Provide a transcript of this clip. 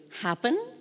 happen